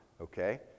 okay